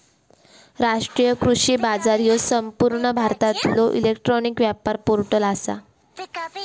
राष्ट्रीय कृषी बाजार ह्यो संपूर्ण भारतातलो इलेक्ट्रॉनिक व्यापार पोर्टल आसा